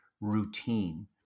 routine